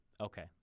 Okay